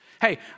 Hey